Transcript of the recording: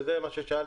וזה מה ששאלת,